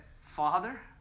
Father